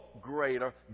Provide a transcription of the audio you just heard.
greater